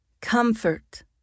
Comfort